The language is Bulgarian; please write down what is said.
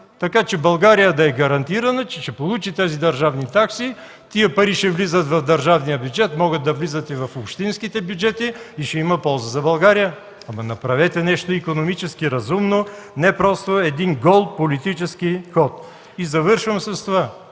така че България да е гарантирана, че ще получи тези държавни такси. Тези пари ще влизат в държавния бюджет, могат да влизат и в общинските бюджети и ще има полза за България. Ама, направете нещо икономически разумно, не просто един гол политически ход. И завършвам: кой